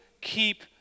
keep